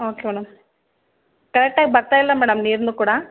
okay madam ಕರೆಕ್ಟಾಗಿ ಬರ್ತಾ ಇಲ್ಲ ಮೇಡಮ್ ನೀರುನು ಕೂಡ